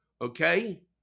Okay